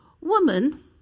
Woman